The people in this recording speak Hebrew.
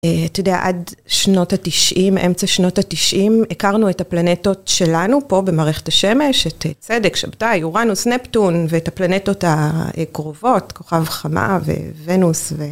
אתה יודע, עד שנות התשעים, אמצע שנות התשעים, הכרנו את הפלנטות שלנו פה, במערכת השמש, את צדק, שבתאי, אורנוס, נפטון, ואת הפלנטות הקרובות, כוכב חמה וונוס.